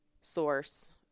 source